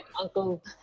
uncle